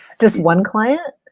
just one client?